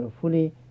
fully